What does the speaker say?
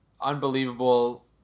unbelievable